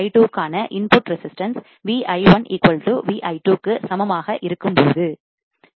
Vi2 க்கான input resistance Vi1 Vi2 க்கு சமமாக இருக்கும்போது